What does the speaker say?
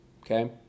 okay